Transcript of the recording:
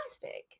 plastic